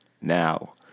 now